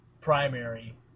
primary